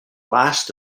last